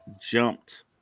jumped